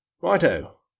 Righto